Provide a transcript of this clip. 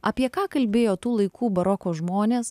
apie ką kalbėjo tų laikų baroko žmonės